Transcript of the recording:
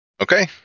Okay